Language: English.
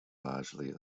largely